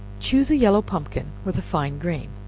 choose a yellow pumpkin, with a fine grain,